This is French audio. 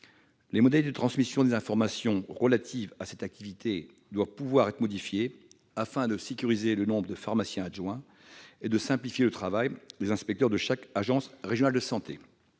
Les modalités de transmission des informations relatives à cette activité doivent pouvoir être modifiées afin de sécuriser le nombre de pharmaciens adjoints et de simplifier le travail des inspecteurs de chaque agence régionale de santé.